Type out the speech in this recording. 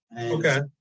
Okay